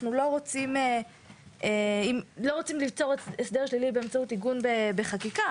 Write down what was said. אנחנו לא רוצים ליצור הסדר שלילי באמצעות עיגון בחקיקה.